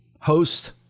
host